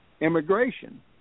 immigration